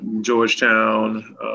Georgetown